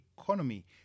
economy